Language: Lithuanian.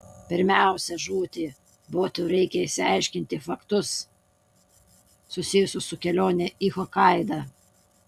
pirmiausia žūti būti reikia išaiškinti faktus susijusius su kelione į hokaidą